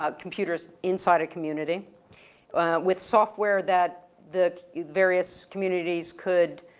ah computers inside a community with software that the various communities could